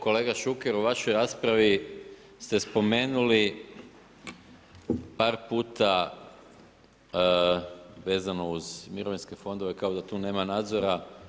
Kolega Šuker, u vašoj raspravi ste spomenuli par puta vezano uz mirovinske fondove, kao da tu nema nadzora.